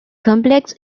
complex